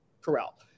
corral